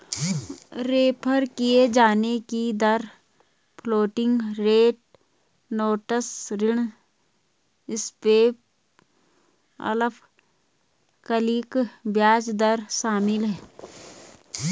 refer किये जाने की दर फ्लोटिंग रेट नोट्स ऋण स्वैप अल्पकालिक ब्याज दर शामिल है